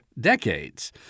decades